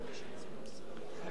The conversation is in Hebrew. אדוני ראש הממשלה,